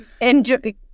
enjoy